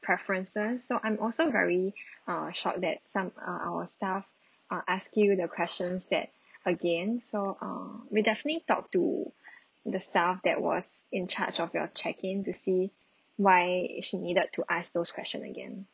preferences so I'm also very err shocked that some err our staff err asked you the questions that again so err we'll definitely talk to the staff that was in charge of your check in to see why she needed to ask those question again